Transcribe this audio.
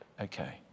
Okay